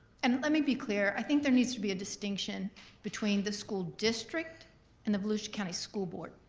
and let me be clear, i think there needs to be a distinction between the school district and the volusia county school board.